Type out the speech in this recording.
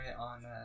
on